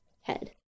head